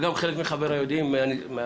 וגם חלק מחבריי יודעים מהפרקטיקה.